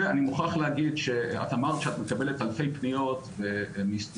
את אמרת שאת מקבלת אלפי פניות מסטודנטים.